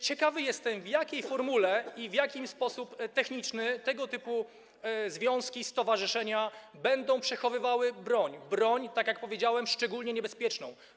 Ciekawy jestem, w jakiej formule i w jaki sposób techniczny tego typu związki, stowarzyszenia będą przechowywały broń, tak jak powiedziałem, szczególnie niebezpieczną.